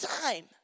time